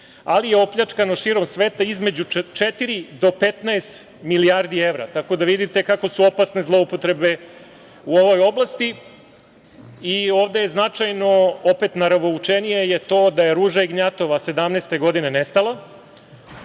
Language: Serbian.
ali je opljačkano širom sveta između četiri do 15 milijardi evra. Tako da vidite kako su opasne zloupotrebe u ovoj oblasti i ovde je značajno opet… Naravoučenije je to da je Ruža Ignjatova 2017. godine nestala.